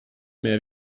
mehr